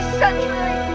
century